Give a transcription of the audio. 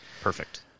Perfect